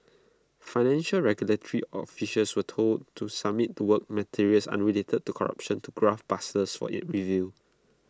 financial regulatory officials were being told to submit the work materials unrelated to corruption to graft busters for in review